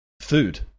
food